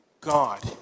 God